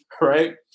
right